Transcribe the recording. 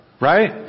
Right